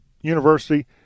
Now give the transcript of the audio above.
university